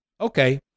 Okay